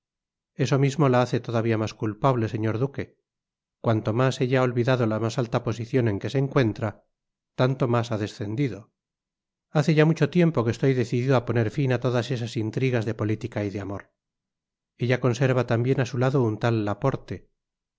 eso mismo la hace todavia mas culpable señor duque cuanto mas ella ha olvidado la mas alta posicion en que se encuentra tanto mas ha descendido hace ya mucho tiempo que estoy decidido á poner fin á todas esas intrigas de politica y de amor ella conserva tambien á su lado á un tal laporte